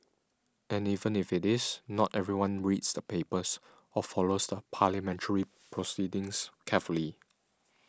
and even if it is not everyone reads the papers or follows the parliamentary proceedings carefully